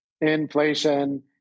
inflation